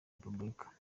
repubulika